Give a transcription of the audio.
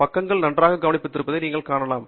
பக்கங்களை நன்றாகக் கவனித்திருப்பதை நீங்கள் காணலாம்